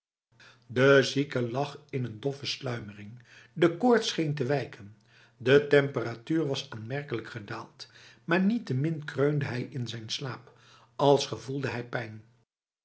de zieke lag in een doffe sluimering de koorts scheen te wijken de temperatuur was aanmerkelijk gedaald maar niettemin kreunde hij in zijn slaap als gevoelde hij pijn